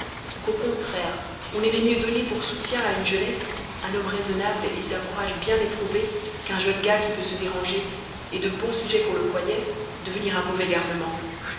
qu'au contraire on aimait mieux donner pour soutien à une jeunesse un homme raisonnable et d'un courage bien éprouvé qu'un jeune gars qui peut se déranger et de bon sujet qu'on le croyait devenir un mauvais garnement